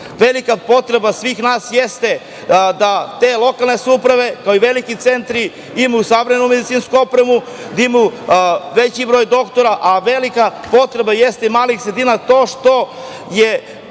Velika potreba svih nas jeste da te lokalne samouprave, kao i veliki centri imaju savremenu medicinsku opremu, da imaju veći broj doktora, a velika potreba jeste i malih sredina to što je